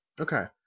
Okay